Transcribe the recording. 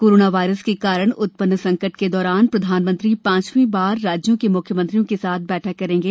corona virus के कारण उत्पन्न संकट के दौरान प्रधानमंत्री पांचवीं बार राज्यों के म्ख्यमंत्रियों के साथ बैठक करेंगे